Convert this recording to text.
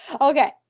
Okay